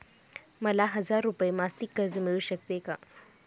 मला हजार रुपये मासिक कर्ज मिळू शकते का?